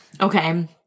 Okay